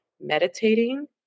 Meditating